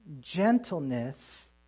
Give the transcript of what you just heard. gentleness